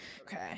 Okay